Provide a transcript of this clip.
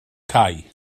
cae